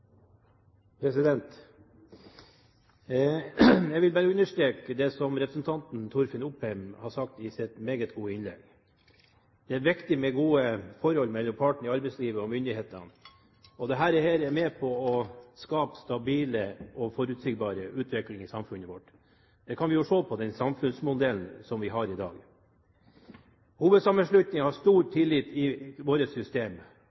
Jeg vil bare understreke det som representanten Torfinn Opheim sa i sitt meget gode innlegg. Det er viktig med gode forhold mellom partene i arbeidslivet og myndighetene. Det er med på å skape en stabil og forutsigbar utvikling i samfunnet vårt. Det kan vi se av den samfunnsmodellen vi har i dag. Hovedsammenslutningene har stor tillit i vårt system,